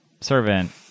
servant